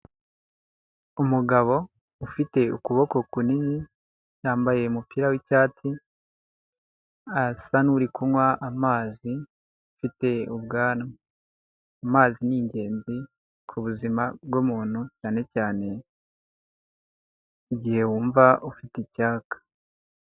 Umugabo ufite ukuboko kinini, yambaye umupira w'icyatsi, asa n'uri kunywa amazi, afite ubwanwa. Amazi ni igenzi ku buzima bw'umuntu cyane cyane igihe wumva ufite icyaka.